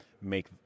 make